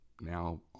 now